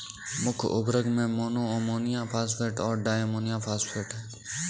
मुख्य उर्वरक में मोनो अमोनियम फॉस्फेट और डाई अमोनियम फॉस्फेट हैं